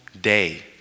day